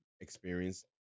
experience